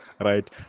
right